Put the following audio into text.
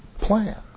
plan